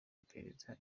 iperereza